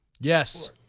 Yes